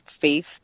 faith